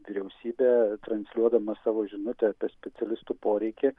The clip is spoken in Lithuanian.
vyriausybė transliuodama savo žinutę apie specialistų poreikį